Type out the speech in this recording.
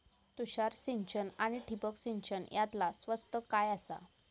तुषार सिंचन आनी ठिबक सिंचन यातला स्वस्त काय आसा?